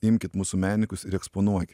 imkit mūsų menininkus ir eksponuokit